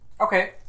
Okay